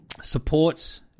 supports